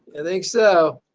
like so.